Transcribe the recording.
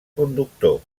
conductor